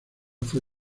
fue